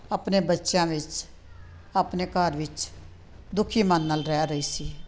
ਆਪਣੇ ਬੱਚਿਆਂ ਵਿੱਚ ਆਪਣੇ ਘਰ ਵਿੱਚ ਦੁਖੀ ਮਨ ਨਾਲ ਰਹਿ ਰਹੀ ਸੀ